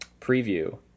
preview